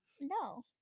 no